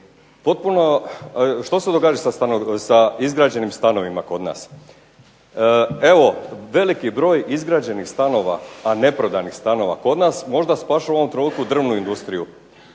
Što se događa sa izgrađenim stanovima kod nas? Evo, veliki broj izgrađenih stanova a neprodanih stanova kod nas možda spašava u ovom trenutku drvnu industriju.